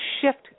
shift